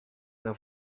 una